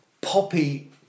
poppy